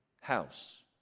house